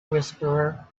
whisperer